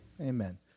Amen